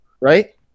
right